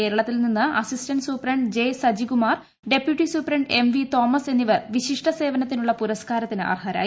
കേരളത്തിൽ നിന്ന് assistant superintendent J Sajikumar deputy superintendent M V Thomas എന്നിവർ വിശിഷ്ട സേവനത്തിനുള്ള പുരസ്കാരത്തിന് അർഹരായി